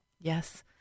Yes